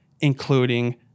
including